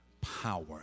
power